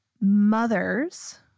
mothers